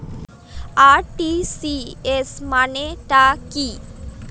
RTGS মানে টা কি?